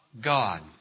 God